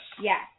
Yes